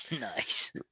Nice